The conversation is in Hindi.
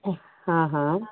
हाँ हाँ हाँ